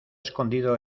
escondido